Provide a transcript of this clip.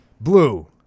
Blue